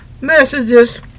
messages